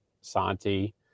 Santi